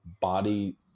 body